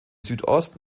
südost